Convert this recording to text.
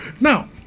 now